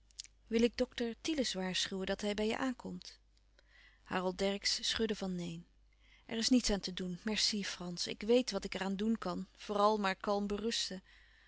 wil ik dokter thielens waarschuwen dat hij bij je aankomt harold dercksz schudde van neen er is niets aan te doen merci frans ik weet wat ik er aan doen kan vooral maar kalm berusten